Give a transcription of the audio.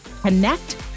connect